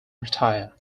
retire